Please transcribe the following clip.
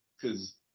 cause